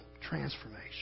transformation